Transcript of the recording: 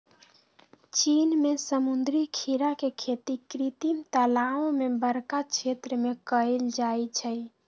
चीन में समुद्री खीरा के खेती कृत्रिम तालाओ में बरका क्षेत्र में कएल जाइ छइ